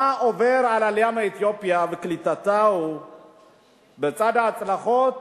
מה עובר על העלייה מאתיופיה וקליטתה, בצד ההצלחות